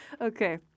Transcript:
Okay